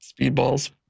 Speedballs